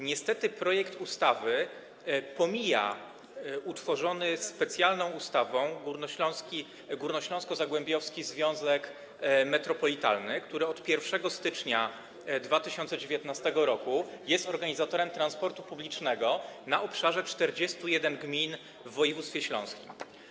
Niestety projekt ustawy pomija utworzony specjalną ustawą górnośląsko-zagłębiowski związek metropolitalny, który od 1 stycznia 2019 r. jest organizatorem transportu publicznego na obszarze 41 gmin w województwie śląskim.